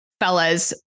Fellas